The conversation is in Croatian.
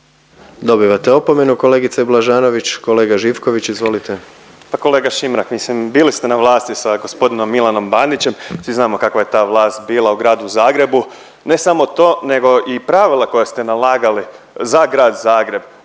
Dobivate opomenu kolegice Blažanović. Kolega Živković izvolite. **Živković, Marin (Možemo!)** Pa kolega Šimrak, mislim bili ste na vlasti sa g. Milanom Bandićem, svi znamo kakva je ta vlast bila u Gradu Zagrebu, ne samo to nego i pravila koja ste nalagali za Grad Zagreb